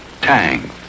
Tang